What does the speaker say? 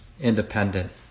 independent